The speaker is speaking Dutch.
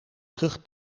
terug